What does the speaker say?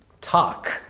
talk